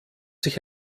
sich